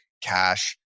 cash